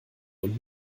und